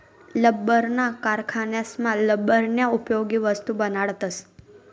लब्बरना कारखानासमा लब्बरन्या उपयोगी वस्तू बनाडतस